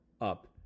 up